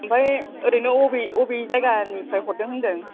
ओमफ्राय ओरैनो अबे अबे जायगानिफ्राय हरदों होनदों